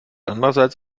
andererseits